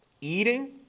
eating